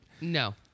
no